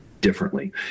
differently